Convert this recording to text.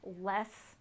less